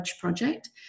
Project